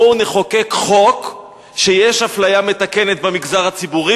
בואו נחוקק חוק לאפליה מתקנת במגזר הציבורי